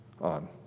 on